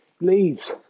leaves